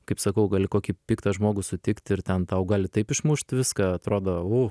kaip sakau gali kokį piktą žmogų sutikt ir ten tau gali taip išmušt viską atrodo uf